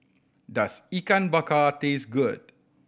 does Ikan Bakar taste good